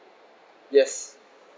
yes